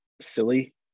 silly